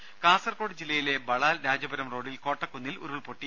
രുദ കാസർകോട് ജില്ലയിലെ ബളാൽ രാജപുരം റോഡിൽ കോട്ടക്കുന്നിൽ ഉരുൾപൊട്ടി